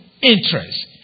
interest